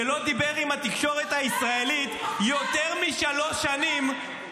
שלא דיבר עם התקשורת הישראלית יותר משלוש שנים,